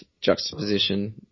juxtaposition